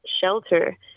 shelter